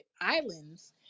islands